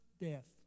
Death